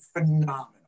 phenomenal